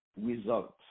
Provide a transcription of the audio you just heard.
results